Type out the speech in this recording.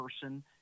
person